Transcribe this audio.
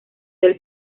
del